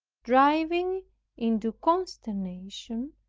driving into consternation,